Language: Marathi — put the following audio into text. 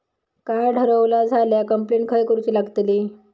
कार्ड हरवला झाल्या कंप्लेंट खय करूची लागतली?